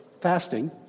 fasting